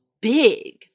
big